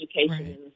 education